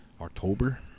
October